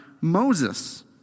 Moses